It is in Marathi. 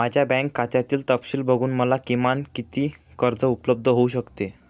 माझ्या बँक खात्यातील तपशील बघून मला किमान किती कर्ज उपलब्ध होऊ शकते?